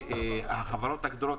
והחברות הגדולות,